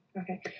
okay